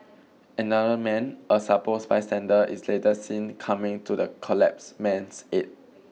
another man a supposed bystander is later seen coming to the collapsed man's aid